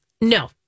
No